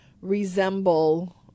resemble